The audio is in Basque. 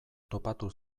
topatu